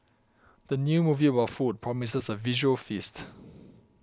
the new movie about food promises a visual feast